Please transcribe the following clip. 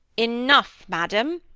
enough, madame!